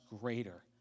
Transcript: greater